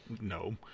no